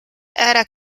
era